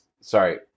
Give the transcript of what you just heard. sorry